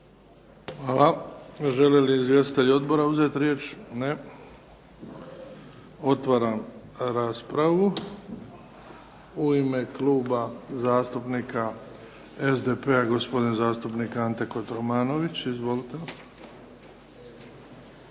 Hvala. Žele li izvjestitelji Odbora uzeti riječ? Ne. Otvaram raspravu. U ime Kluba zastupnika SDP-a gospodin zastupnik Ante KOtromanović. Izvolite.